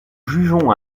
jugeons